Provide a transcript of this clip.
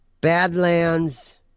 Badlands